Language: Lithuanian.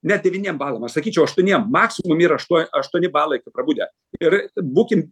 ne devyniem balam aš sakyčiau aštuoniem maksimum yra aštuo aštuoni balai kai prabudę ir būkim